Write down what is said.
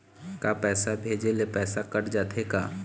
का पैसा भेजे ले पैसा कट जाथे का?